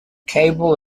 cable